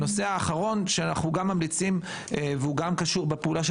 הנושא האחרון שאנחנו ממליצים והוא גם קשור בפעולה של